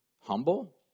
humble